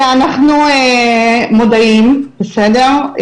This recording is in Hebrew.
תראה, אנחנו מודעים, בסדר?